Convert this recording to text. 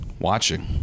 watching